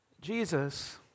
Jesus